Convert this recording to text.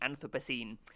Anthropocene